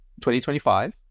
2025